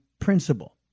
principle